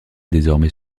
désormais